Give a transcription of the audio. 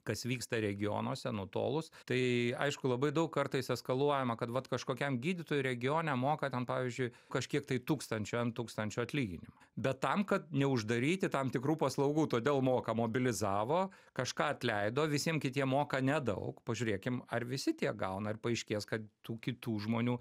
kas vyksta regionuose nutolus tai aišku labai daug kartais eskaluojama kad vat kažkokiam gydytojui regione moka ten pavyzdžiui kažkiek tai tūkstančių n tūkstančių atlyginimą bet tam kad neuždaryti tam tikrų paslaugų todėl moka mobilizavo kažką atleido visiem kitiem moka nedaug pažiūrėkim ar visi tiek gauna ir paaiškės kad tų kitų žmonių